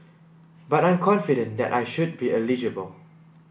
but I'm confident that I should be eligible